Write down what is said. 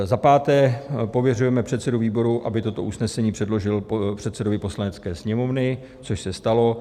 V. pověřujeme předsedu výboru, aby toto usnesení předložil předsedovi Poslanecké sněmovny, což se stalo,